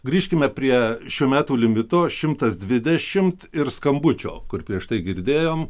grįžkime prie šių metų limito šimtas dvidešimt ir skambučio kur prieš tai girdėjom